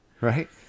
right